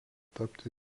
tapti